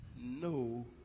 No